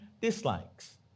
dislikes